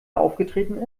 aufgetreten